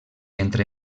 entre